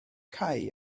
cau